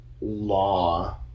law